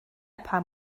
pam